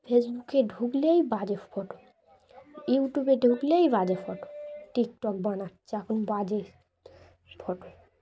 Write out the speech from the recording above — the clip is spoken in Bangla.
ফেসবুকে ঢুকলেই বাজে ফটো ইউটিউবে ঢুকলেই বাজে ফটো টিকটক বানাচ্ছে এখন বাজে ফটো